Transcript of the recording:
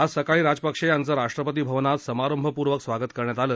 आज सकाळी राजपक्षे यांचं राष्ट्रपती भवनात समारंभपूर्वक स्वागत करण्यात आलं